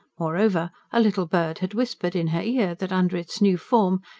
moreover, a little bird had whispered in her ear that, under its new form,